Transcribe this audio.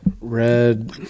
red